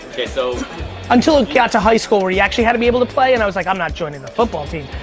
okay, so until it got to high school where you actually had to be able to play and i was like i'm not joining the football team.